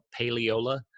paleola